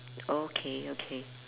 okay okay